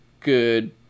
good